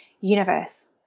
universe